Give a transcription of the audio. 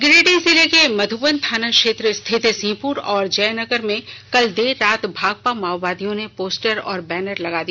गिरिडीह जिले के मधुबन थाना क्षेत्र स्थित सिंहपुर और जयनगर में कल देर रात भाकपा माओवादियों ने पोस्टर और बैनर लगा दिया